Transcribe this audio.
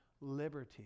liberty